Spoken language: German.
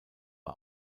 war